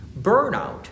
burnout